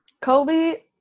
Kobe